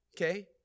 Okay